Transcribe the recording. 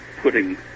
putting